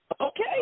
Okay